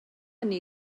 hynny